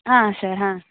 ಹಾಂ ಸರ್ ಹಾಂ